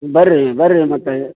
ಬನ್ರಿ ಬನ್ರಿ ಮತ್ತು